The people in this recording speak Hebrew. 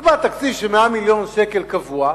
נקבע תקציב של 100 מיליון שקל קבוע,